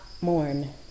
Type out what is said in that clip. mourn